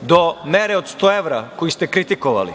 do mere od sto evra koju ste kritikovali.